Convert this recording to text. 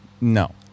no